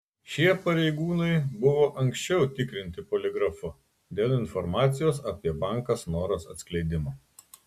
šie pareigūnai buvo anksčiau tikrinti poligrafu dėl informacijos apie banką snoras atskleidimo